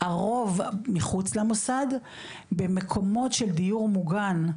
הרוב מחוץ למוסד במקומות של דיור מוגן,